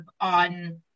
on